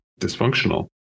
dysfunctional